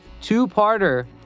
two-parter